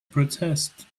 protest